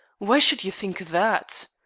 why should you think that?